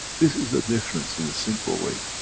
this is the difference, in a simple way